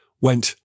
went